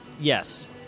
Yes